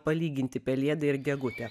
palyginti pelėdą ir gegutę